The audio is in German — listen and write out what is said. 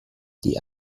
die